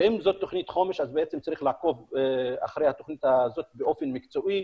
ואם זאת תוכנית חומש אז צריך לעקוב אחרי התוכנית הזאת באופן מקצועי,